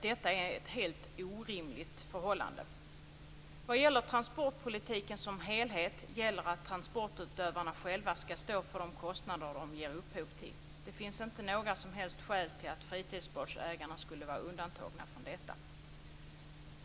Detta är ett helt orimligt förhållande. Vad gäller transportpolitiken som helhet gäller att transportutövarna själva skall stå för de kostnader de ger upphov till. Det finns inte några som helst skäl till att fritidsbåtsägarna skulle var undantagna från detta.